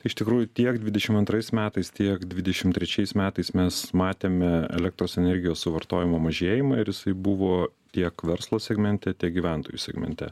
iš tikrųjų tiek dvidešimt antrais metais tiek dvidešimt trečiais metais mes matėme elektros energijos suvartojimo mažėjimą ir jisai buvo tiek verslo segmente tiek gyventojų segmente